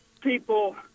people